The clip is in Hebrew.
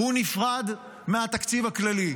הוא נפרד מהתקציב הכללי.